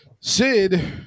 Sid